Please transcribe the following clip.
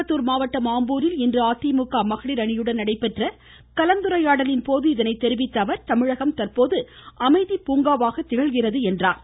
திருப்பத்தூர் மாவட்டம் ஆம்பூரில் இன்று அதிமுக மகளிர் அணியுடன் நடைபெற்ற கலந்துரையாடலின் போது இதனைத் தெரிவித்த அவர் தமிழகம் தற்போது அமைதி பூங்காவாக திகழ்கிறது என்றார்